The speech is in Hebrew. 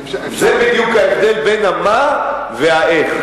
אפשר, זה בדיוק ההבדל בין ה"מה" ל"איך".